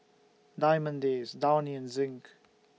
Diamond Days Downy and Zinc